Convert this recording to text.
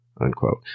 Unquote